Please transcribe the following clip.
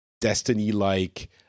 Destiny-like